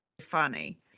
funny